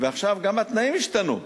ועכשיו גם התנאים השתנו.